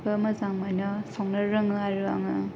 मोजां मोनो संनो रोङो आरो आङो